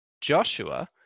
Joshua